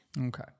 Okay